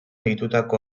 deitutako